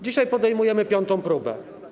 Dzisiaj podejmujemy piątą próbę.